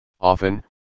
often